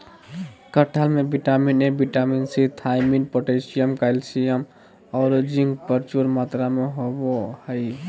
कटहल में vitamin A, vitamin C, thiamine, potassium, calcium औरो जिंक प्रचुर मात्रा में होबा हइ